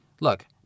look